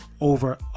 over